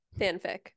fanfic